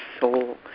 soul